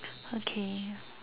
okay